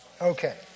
Okay